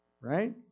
Right